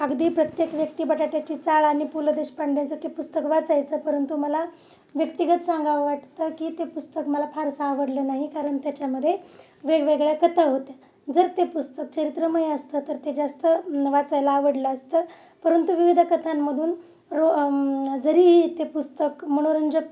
अगदी प्रत्येक व्यक्ती बटाट्याची चाळ आणि पु ल देशपांड्यांचं ते पुस्तक वाचायचं परंतु मला व्यक्तिगत सांगावं वाटतं की ते पुस्तक मला फारसं आवडलं नाही कारण त्याच्यामध्ये वेगवेगळ्या कथा होत्या जर ते पुस्तक चरित्रमय असतं तर ते जास्त वाचायला आवडलं असतं परंतु विविध कथांमधून रो जरीही ते पुस्तक मनोरंजक